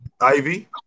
Ivy